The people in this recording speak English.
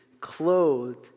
clothed